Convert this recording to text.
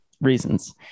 reasons